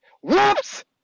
Whoops